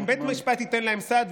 אז האם בית משפט ייתן להם סעד?